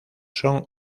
son